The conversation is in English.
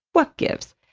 what gives?